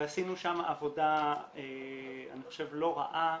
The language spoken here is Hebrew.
ועשינו שם עבודה אני חושב לא רעה,